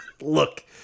Look